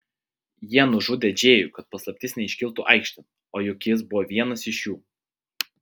jie nužudė džėjų kad paslaptis neiškiltų aikštėn o juk jis buvo vienas iš jų